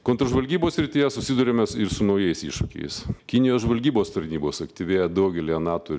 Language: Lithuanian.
kontržvalgybos srityje susiduriame ir su naujais iššūkiais kinijos žvalgybos tarnybos aktyvėja daugelyje nato